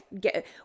get